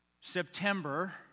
September